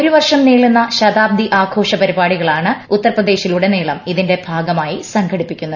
ഒരു വർഷം നീളുന്ന ശതാബ്ദി ആഘോഷ പരിപാടികളാണ് ഉത്തർപ്രദേശിലുടനീളം ഇതിന്റെ ഭാഗമായി സംഘടിപ്പിക്കുന്നത്